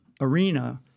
arena